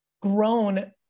grown